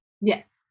Yes